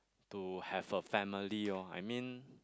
to have a family lor I mean